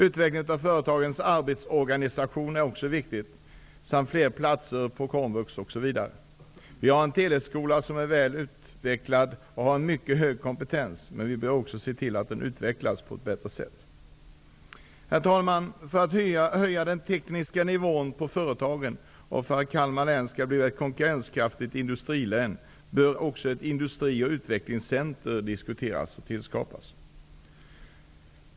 Utvecklingen av företagens arbetsorganisation är också viktig samt fler platser på komvux osv. Vi har en teleskola som är väl utvecklad, med en mycket hög kompetens. Vi bör se till att den utvecklas på ett bättre sätt. Herr talman! För att höja den tekniska nivån på företagen och för att Kalmar län skall bli ett konkurrenskraftigt industrilän bör också ett industri och utvecklingscenter tillskapas.